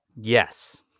Yes